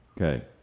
Okay